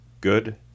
good